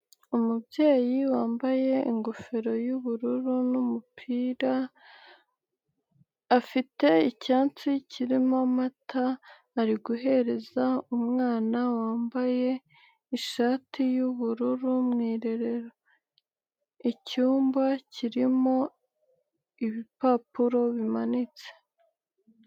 Umubyeyi wambaye ingofero y'ubururu n' numupira afite icyansi kirimo amata ari guhereza umwana wambaye ishati y'ubururu mu irerero icyumba kirimo ibipapuro bimanitse.